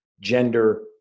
gender